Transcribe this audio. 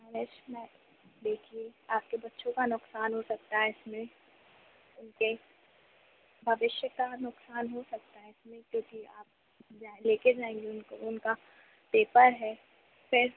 देखिए आप के बच्चों का नुकसान हो सकता है इसमें उनके भविष्य का नुकसान हो सकता है इसमें क्योंकि आप जहाँ ले के जाएँगे उनको उनका पेपर है फिर